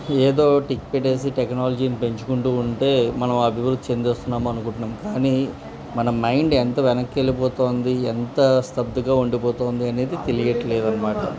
ఏదో టిక్ పెట్టేసి టెక్నాలజీని పెంచుకుంటు ఉంటే మనం అభివృద్ధి చెందిస్తున్నాం అనుకుంటున్నాం కానీ మన మైండ్ ఎంత వెనక్కి వెళ్ళిపోతోంది ఎంత స్తబ్దుగా ఉండిపోతోంది అనేది తెలియట్లేదు అన్నమాట